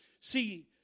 See